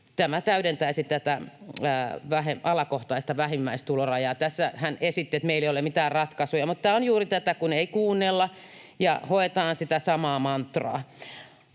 Tämä täydentäisi tätä alakohtaista vähimmäistulorajaa. Tässä hän esitti, että meillä ei ole mitään ratkaisuja, mutta tämä on juuri tätä, kun ei kuunnella ja hoetaan sitä samaa mantraa.